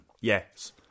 yes